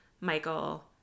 Michael